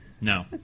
no